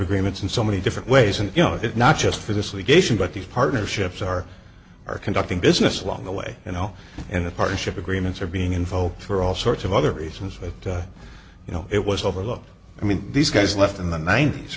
agreements in so many different ways and you know it not just for this league ation but these partnerships are are conducting business along the way you know and the partnership agreements are being invoked for all sorts of other reasons but you know it was over look i mean these guys left in the ninet